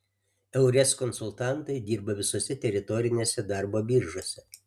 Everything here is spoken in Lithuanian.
eures konsultantai dirba visose teritorinėse darbo biržose